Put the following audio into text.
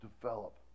develop